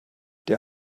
der